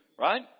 Right